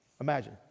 Imagine